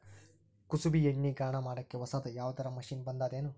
ಕುಸುಬಿ ಎಣ್ಣೆ ಗಾಣಾ ಮಾಡಕ್ಕೆ ಹೊಸಾದ ಯಾವುದರ ಮಷಿನ್ ಬಂದದೆನು?